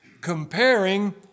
Comparing